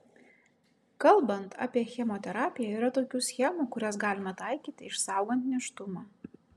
kalbant apie chemoterapiją yra tokių schemų kurias galima taikyti išsaugant nėštumą